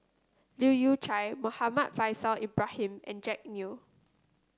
Leu Yew Chye Muhammad Faishal Ibrahim and Jack Neo